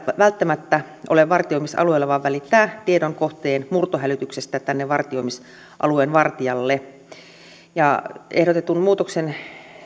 välttämättä ole vartioimisalueella vaan välittää tiedon kohteen murtohälytyksestä tänne vartioimisalueen vartijalle ehdotetun muutoksen